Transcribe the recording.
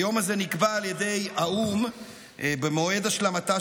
היום הזה נקבע על ידי האו"ם במועד השלמתה